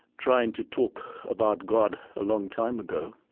trying to talk about god a long time ago.